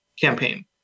campaign